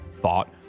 thought